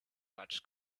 watch